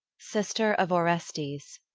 sister of orestes.